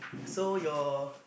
so your